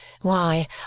Why